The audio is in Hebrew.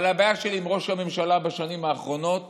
אבל הבעיה שלי עם ראש הממשלה בשנים האחרונות